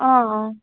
অঁ অঁ